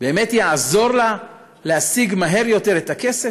באמת יעזור לה להשיג מהר יותר את הכסף?